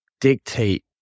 dictate